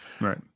right